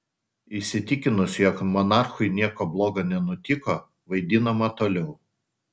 įsitikinus jog monarchui nieko bloga nenutiko vaidinama toliau